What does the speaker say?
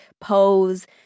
Pose